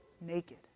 naked